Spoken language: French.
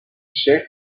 tchèque